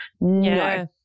No